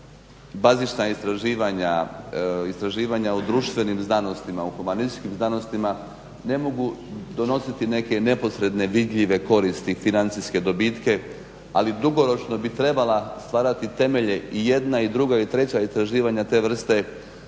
istraživanja u društvenim znanostima, u humanističkim znanostima ne mogu donositi neke neposredne vidljive koristi i financijske dobitke, ali dugoročno bi trebala stvarati temelje i jedna i druga i treća istraživanja te vrste